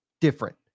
different